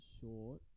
short